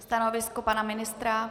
Stanovisko pana ministra?